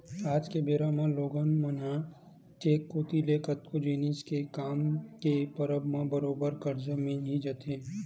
आज के बेरा म लोगन मन ल बेंक कोती ले कतको जिनिस के काम के परब म बरोबर करजा मिल ही जाथे